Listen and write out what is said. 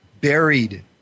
buried